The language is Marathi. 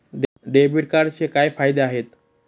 डेबिट कार्डचे काय फायदे आहेत?